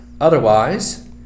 Otherwise